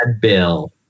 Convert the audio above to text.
Bill